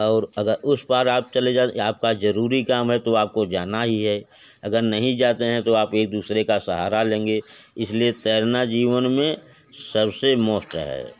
और अगर उस पार आप चले जाते आपका ज़रूरी काम है तो आपको जाना ही है अगर नहीं जाते हैं तो आप एक दूसरे का सहारा लेंगे इस लिए तैरना जीवन में सब से मुफ़्त है